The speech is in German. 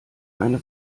eine